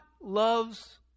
loves